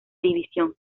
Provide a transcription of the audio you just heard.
división